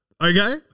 okay